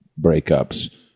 breakups